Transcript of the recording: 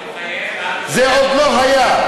אל תתחייב ואל, זה עוד לא היה.